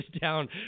down